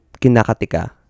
kinakatika